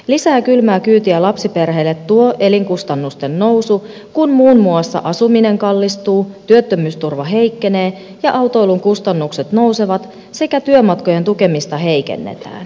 lisää kylmää kyytiä lapsiperheille tuo elinkustannusten nousu kun muun muassa asuminen kallistuu työttömyysturva heikkenee ja autoilun kustannukset nousevat sekä työmatkojen tukemista heikennetään